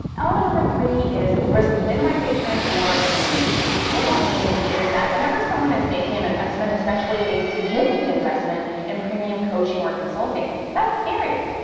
element number three is risk minimization or elimination. what that means is that whenever someone is making an investment, especially a significant investment in premium coaching or consulting, that's scary.